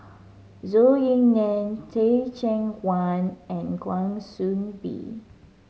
Zhou Ying Nan Teh Cheang Wan and Kwa Soon Bee